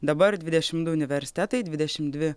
dabar dvidešimt du universitetai dvidešimt dvi